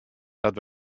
dat